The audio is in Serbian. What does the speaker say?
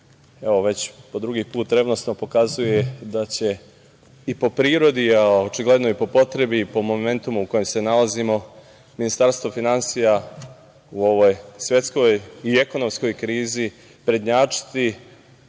evo već po drugi put revnosno pokazuje da će i po prirodi, a očigledno i po potrebi, po momentima u kojima se nalazimo, Ministarstvo finansija u ovoj svetskoj i ekonomskoj krizi prednjačiti